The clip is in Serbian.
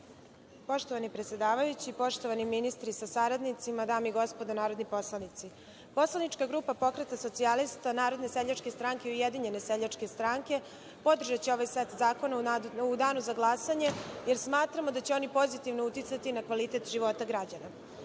Poštovani predsedavajući, poštovani ministri sa saradnicima, dame i gospodo narodni poslanici, poslanička grupa Pokreta socijalista, Narodne seljače stranke i Ujedinjene seljačke stranke podržaće ovaj set zakona u danu za glasanje, jer smatramo da će oni pozitivno uticati na kvalitet života građana. Krenuću